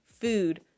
food